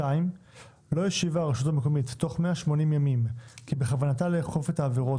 לא השיבה הרשות המקומית תוך 180 ימים כי בכוונתה לאכוף את העבירות